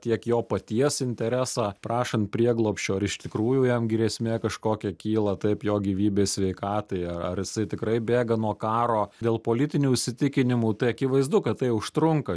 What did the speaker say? tiek jo paties interesą prašant prieglobsčio ar iš tikrųjų jam grėsmė kažkokia kyla taip jo gyvybei sveikatai a ar jisai tikrai bėga nuo karo dėl politinių įsitikinimų tai akivaizdu kad tai užtrunka